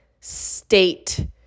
state